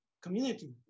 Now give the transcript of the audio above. Community